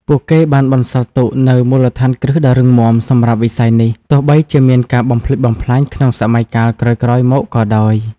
ពួកគឹបានបន្សល់ទុកនូវមូលដ្ឋានគ្រឹះដ៏រឹងមាំសម្រាប់វិស័យនេះ ទោះបីជាមានការបំផ្លិចបំផ្លាញក្នុងសម័យកាលក្រោយៗមកក៏ដោយ។